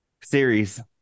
series